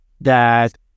that-